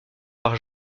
par